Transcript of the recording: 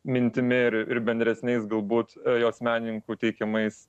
mintimi ir bendresniais galbūt jos menininkų teikiamais